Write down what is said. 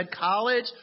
College